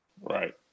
Right